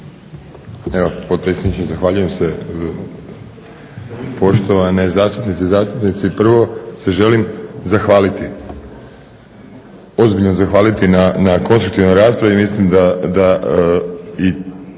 Ivan (HNS)** Zahvaljujem se. Poštovane zastupnice i zastupnici. Prvo se želim zahvaliti, ozbiljno zahvaliti na konstruktivnoj raspravi i mislim da i